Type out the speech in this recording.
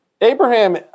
Abraham